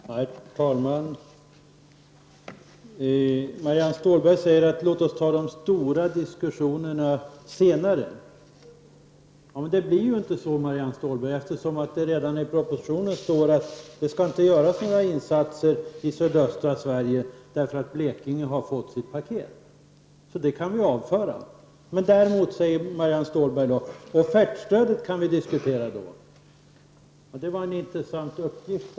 Herr talman! Marianne Stålberg säger: Låt oss ta den stora diskussionen senare. Men det blir inte så, Marianne Stålberg, eftersom det redan i propositionen står att det inte skall göras några insatser i sydöstra Sverige därför att Blekinge har fått sitt paket. Så det kan vi avföra. Vidare säger Marianne Stålberg: Offertstödet kan vi diskutera då. Det var en intressant uppgift.